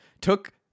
took